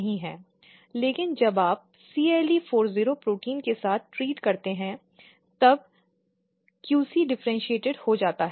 लेकिन जब आप CLE40 प्रोटीन के साथ ट्रीट करते हैं तब भी QC विभेदित हो जाता है